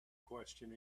question